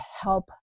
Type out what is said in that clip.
help